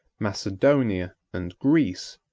macedonia, and greece,